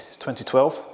2012